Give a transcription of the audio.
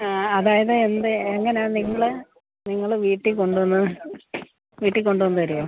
അതായത് എന്ത് എങ്ങനെയാണ് നിങ്ങൾ നിങ്ങൾ വീട്ടിൽ കൊണ്ടുവന്ന് വീട്ടിൽ കൊണ്ടുവന്ന് തരുമോ